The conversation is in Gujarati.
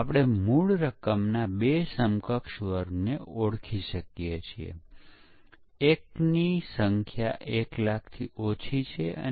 જો આપણે ડેવલપમેંટના વોટરફોલ મોડેલ પર વિચાર કરીએ તો પરીક્ષણ સામાન્ય રીતે ડેવલપમેંટ ચક્રના અંતમાં થાય છે